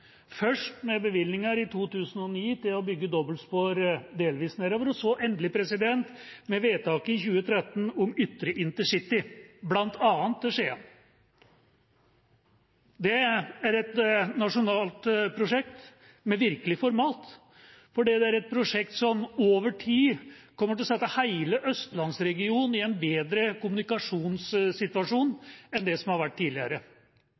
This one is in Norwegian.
først med bevilgninger i 2009 til å bygge dobbeltspor delvis nedover, og så endelig med vedtaket i 2013 om ytre intercity, bl.a. til Skien. Det er et nasjonalt prosjekt av virkelig format, fordi det er et prosjekt som over tid kommer til å sette hele østlandsregionen i en bedre kommunikasjonssituasjon enn det som har vært tidligere.